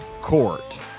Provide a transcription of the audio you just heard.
court